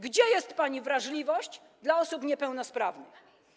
Gdzie jest pani wrażliwość dla osób niepełnosprawnych?